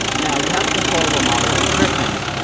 now we have a control of a model of a person,